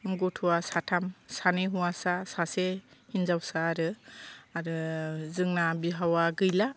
गथ'आ साथाम सानै हौवासा सासे हिनजावसा आरो आरो जोंना बिहावा गैला